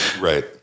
right